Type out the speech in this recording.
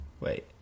Wait